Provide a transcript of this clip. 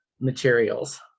materials